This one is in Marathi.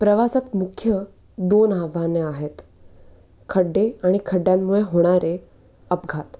प्रवासात मुख्य दोन आह्वाने आहेत खड्डे आणि खड्ड्यांमुळे होणारे अपघात